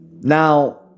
Now